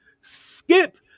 Skip